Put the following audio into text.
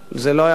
זה לא יעזור,